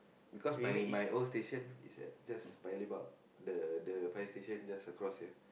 cause my my old station as at just Paya-Lebar the the fire station just across the